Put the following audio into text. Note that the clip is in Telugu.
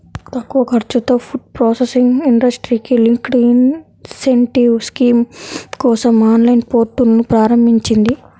తక్కువ ఖర్చుతో ఫుడ్ ప్రాసెసింగ్ ఇండస్ట్రీకి లింక్డ్ ఇన్సెంటివ్ స్కీమ్ కోసం ఆన్లైన్ పోర్టల్ను ప్రారంభించింది